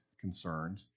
concerned